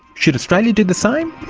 should australia do the same?